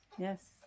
Yes